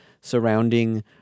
surrounding